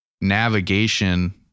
navigation